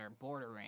bordering